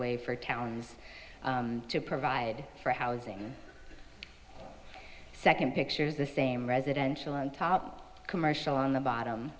way for towns to provide for housing second pictures the same residential on top commercial on the bottom